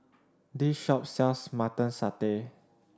this shop sells Mutton Satay